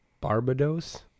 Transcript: Barbados